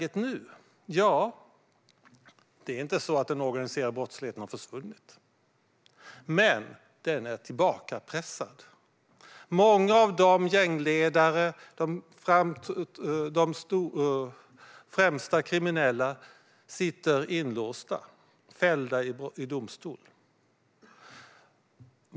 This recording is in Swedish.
Ja, sa han, det är inte så att den organiserade brottsligheten har försvunnit. Men den är tillbakapressad. Många av gängledarna, de främsta kriminella, sitter inlåsta efter att ha fällts i domstol.